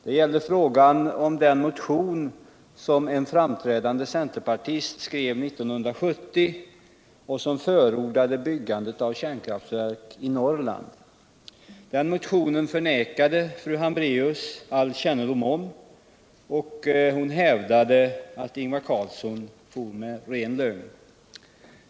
Det gällde den motion som en framträdande centerpartist skrov 1970 och som förordade byggande av kärnkraftverk i Norrland. Den motionen förnekade fru Hambracus all kännedom om. och hon hävdade att Ingvar Carlsson for med ren lögn.